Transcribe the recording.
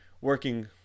working